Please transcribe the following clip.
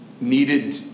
needed